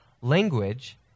language